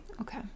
Okay